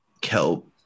kelp